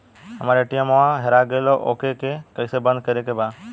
हमरा ए.टी.एम वा हेरा गइल ओ के के कैसे बंद करे के बा?